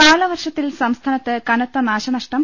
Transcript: M കാലവർഷത്തിൽ സംസ്ഥാനത്ത് കനത്ത നാശനഷ്ടം